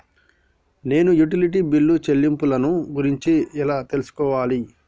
నేను utility bill చెల్లింపులను గురించి ఎలా తెలుసుకోవాలి?